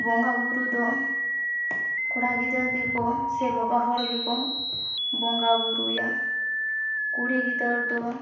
ᱵᱚᱸᱜᱟ ᱵᱩᱨᱩ ᱫᱚ ᱠᱚᱲᱟ ᱜᱤᱫᱟᱹᱨ ᱜᱮᱠᱚ ᱥᱮ ᱵᱟᱵᱟᱦᱚᱲ ᱜᱮᱠᱚ ᱵᱚᱸᱜᱟ ᱵᱩᱨᱩᱭᱟ ᱠᱩᱲᱤ ᱜᱤᱫᱟᱹᱨᱫᱚ